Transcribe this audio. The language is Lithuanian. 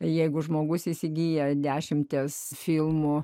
jeigu žmogus įsigyja dešimties filmų